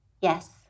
yes